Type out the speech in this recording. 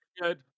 Good